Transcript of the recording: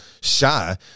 shy